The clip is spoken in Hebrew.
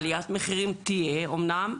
עליית מחירים תהיה אמנם,